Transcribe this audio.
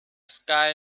sky